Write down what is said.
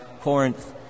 Corinth